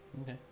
Okay